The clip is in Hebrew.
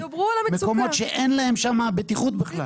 מקומות שאין להם שם בטיחות בכלל,